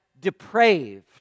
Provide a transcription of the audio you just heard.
depraved